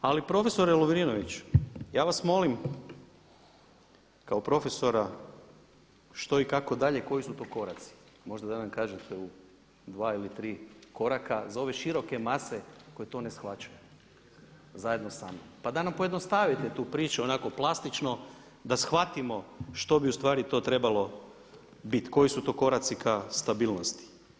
Ali profesore Lovrinović, ja vas molim kao profesora što i kako dalje, koji su to koraci, možda da nam kažete u dva ili tri koraka za ove široke mase koje to ne shvaćaju zajedno sa mnom, pa da nam pojednostavite tu priču onako plastično da shvatimo što bi ustvari to trebalo biti, koji su to koraci k stabilnosti.